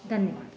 धन्यवादः